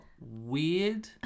weird